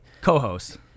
co-host